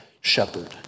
shepherd